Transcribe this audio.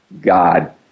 God